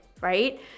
right